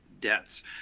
deaths